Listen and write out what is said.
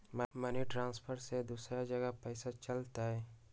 Money transfer से दूसरा जगह पईसा चलतई?